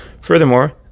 Furthermore